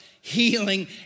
healing